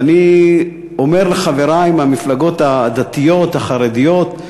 ואני אומר לחברי מהמפלגות הדתיות החרדיות,